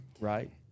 Right